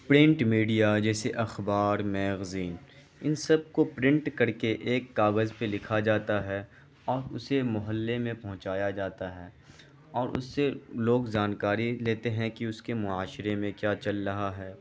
print media جیسے اخبار magazine ان سب کو پرنٹ کر کے ایک کاغذ پہ لکھا جاتا ہے اور اسے محلے میں پہنچایا جاتا ہے اور اس سے لوگ جانکاری لیتے ہیں کہ اس کے معاشرے میں کیا چل رہا ہے